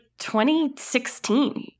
2016